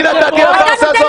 אני נתתי לפארסה הזאת?